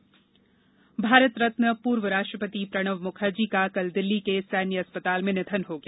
निधन भारत रत्न पूर्व राष्ट्रपति प्रणब मुखर्जी का कल दिल्ली के सैन्य अस्पताल में निधन हो गया